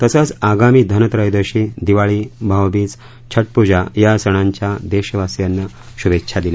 तसंच आगामी धन योदशी दिवाळी भाऊबीज छटपूजा या सणां या देशवासीयांना शुभे छा दि या